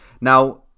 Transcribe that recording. Now